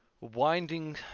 winding